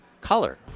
color